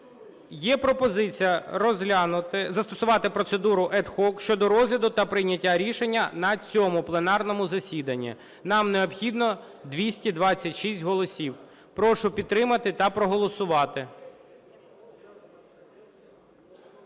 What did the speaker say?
розглянути… застосувати процедура ad hoc щодо розгляду та прийняття рішення на цьому пленарному засіданні. Нам необхідно 226 голосів. Прошу підтримати та проголосувати.